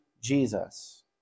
Jesus